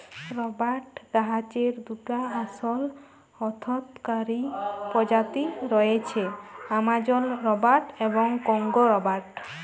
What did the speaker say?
রবাট গাহাচের দুটা আসল অথ্থকারি পজাতি রঁয়েছে, আমাজল রবাট এবং কংগো রবাট